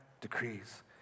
decrees